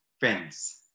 Friends